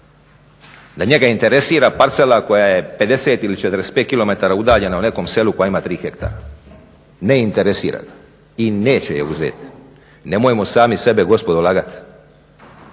da njega interesira parcela koja je 50 ili 45 udaljeno u nekom selu koja ima tri hektara, ne interesira ga i neće je uzeti. Nemojmo sami sebe gospodo lagati.